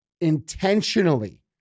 intentionally